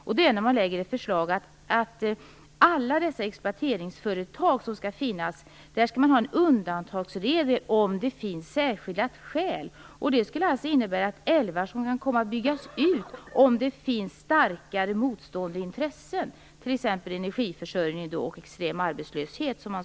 Man lägger fram ett förslag om att det skall finnas en undantagsregel för exploateringsföretagen om det finns särskilda skäl. Det skulle alltså innebära att älvar kan komma att byggas ut om det finns starkare motstående intressen som t.ex. handlar om energiförsörjning och extrem arbetslöshet.